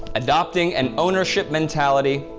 adopting an ownership mentality.